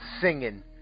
singing